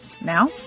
Now